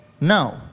No